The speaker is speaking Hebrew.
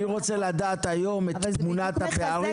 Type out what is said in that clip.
אני רוצה לדעת היום את תמונת הפערים.